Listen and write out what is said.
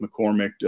McCormick